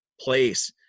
place